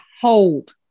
hold